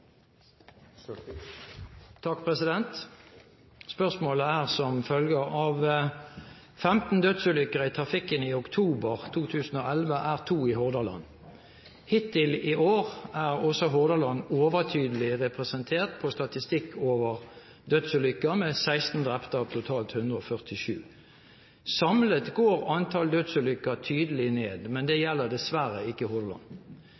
to i Hordaland. Hittil i år er også Hordaland overtydelig representert på statistikken over dødsulykker med 16 drepte av totalt 147. Samlet går antall dødsulykker tydelig ned, men det gjelder dessverre ikke